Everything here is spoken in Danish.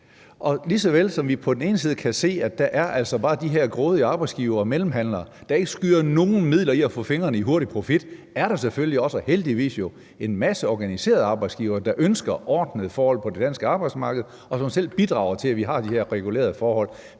lige så vel som vi på den ene side kan se, at der altså bare er de her grådige arbejdsgivere og mellemhandlere, der ikke skyer nogen midler for at få fingrene i hurtig profit, så er der selvfølgelig også – og heldigvis jo – en masse organiserede arbejdsgivere, der ønsker ordnede forhold på det danske arbejdsmarked, og som selv bidrager til, at vi har de her regulerede forhold.